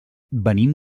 venim